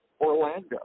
Orlando